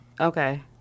okay